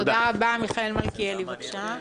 מיכאל מלכיאלי, בבקשה.